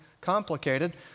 complicated